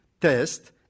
test